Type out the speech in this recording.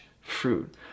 fruit